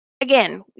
Again